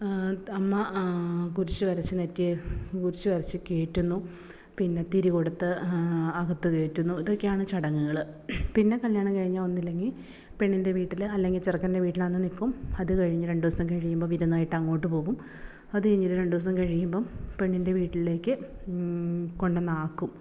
അമ്മ കുരിശ് വരച്ച് നെറ്റിയെ കുരിശ് വരച്ച് കയറ്റുന്നു പിന്നെ തിരി കൊടുത്ത് അകത്ത് കയറ്റുന്നു ഇതൊക്കെയാണ് ചടങ്ങുകൾ പിന്നെ കല്യാണം കഴിഞ്ഞാൽ ഒന്നുല്ലെങ്കിൽ പെണ്ണിൻ്റെ വീട്ടിൽ അല്ലെങ്കിൽ ചെറുക്കൻ്റെ വീട്ടിൽ അന്ന് നിൽക്കും അത് കഴിഞ്ഞ് രണ്ട് ദിവസം കഴിയുമ്പോൾ വിരുന്നായിട്ട് അങ്ങോട്ട് പോകും അത് കഴിഞ്ഞ് രണ്ട് ദിവസം കഴിയുമ്പോൾ പെണ്ണിൻ്റെ വീട്ടിലേക്ക് കൊണ്ട് വന്ന് ആക്കും